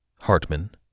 hartman